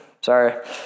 Sorry